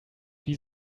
wie